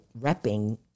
repping